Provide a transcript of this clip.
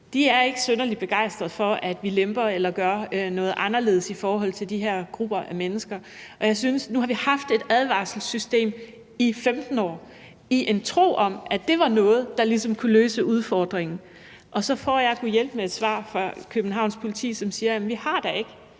de er ikke synderlig begejstrede for, at vi lemper eller gør noget anderledes i forhold til de her grupper af mennesker. Nu har vi haft et advarselssystem i 15 år i en tro på, at det var noget, der ligesom kunne løse udfordringen, og så får jeg gudhjælpemig et svar fra Københavns Politi, som siger: Vi har da ikke